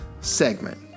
segment